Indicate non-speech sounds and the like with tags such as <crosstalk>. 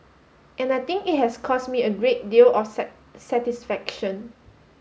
and I think it has cause me a great deal of <unintelligible> satisfaction